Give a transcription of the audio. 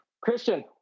Christian